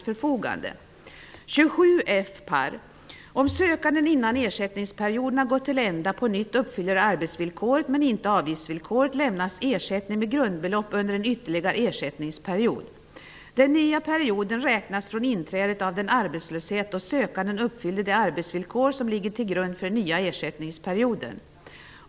Detta är inte någon önskvärd utveckling. Att de arbetslösa omfattas av ett försäkringssystem som ger starka incitament att aktivt söka arbete eller förkovra sig genom utbildning är att föredra.